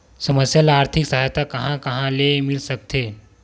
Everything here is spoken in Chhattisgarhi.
समस्या ल आर्थिक सहायता कहां कहा ले मिल सकथे?